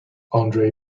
andre